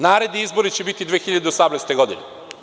Naredni izbori će biti 2018, 2019. godine.